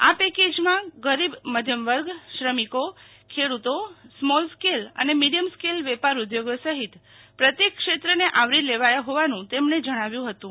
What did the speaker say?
આ પેકેજમાં ગરીબ મધ્મવર્ગ શ્રમિકો ખેડૂતો સ્મોલ સ્કેલ અને મિડિયમ સ્કલ વેપાર ઉદ્યોગો સહિત પ્રત્યેક ક્ષેત્રને આવરી લેવાયો હોવાનું તેમણે જણાવ્યું હતું